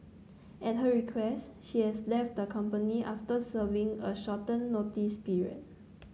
at her request she has left the company after serving a shorten notice period